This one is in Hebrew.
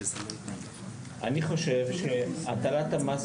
אני חושב שהטלת המס,